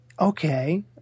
okay